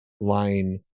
line